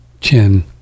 chin